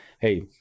hey